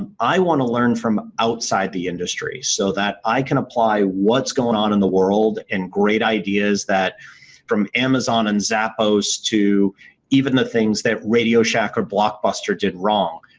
um i want to learn from outside the industry so that i can apply what's going on in the world and great ideas that from amazon and zappos to even the things that radioshack or blockbuster did wrong.